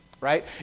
Right